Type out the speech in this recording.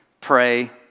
pray